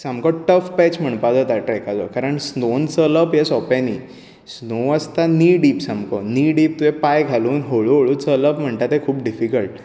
सामको टफ पेच म्हणपाक जाता ट्रेकाचो कारण स्नोवान चलप हें सोपें न्ही स्नो आसता नी डीप सामको नी डीप तुवें पांय घालून हळू हळू चलप म्हणटा तें खुब डिफिकल्ट